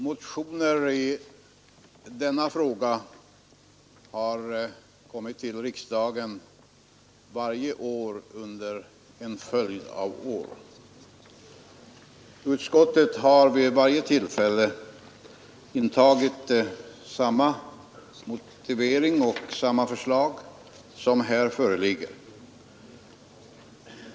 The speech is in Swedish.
Herr talman! Det har väckts motioner i denna fråga i riksdagen varje år under en följd av år. Utskottet har vid varje sådant tillfälle intagit samma ståndpunkt och anfört samma motivering som den som här föreligger.